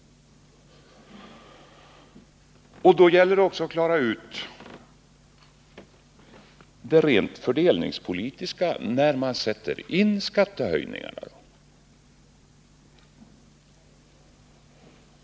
Då gäller det också att klara ut de rent fördelningspolitiska problemen när man sätter in skattehöjningarna.